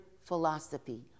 philosophy